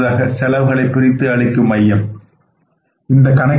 அடுத்ததாக செலவுகளை பிரித்து அளிக்கும் மையம்த்